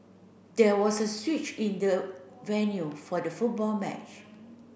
there was a switch in the venue for the football match